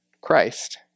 Christ